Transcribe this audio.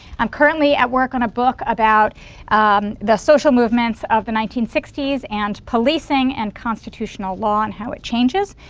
i'm currently at work on a book about the social movements of the nineteen sixty s, and policing and constitutional law and how it changes.